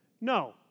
No